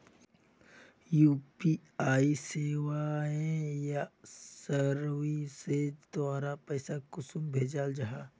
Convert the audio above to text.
UPI सेवाएँ या services द्वारा पैसा कुंसम भेजाल जाहा?